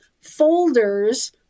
folders